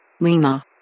Lima